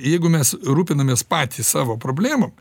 jeigu mes rūpinamės patys savo problemom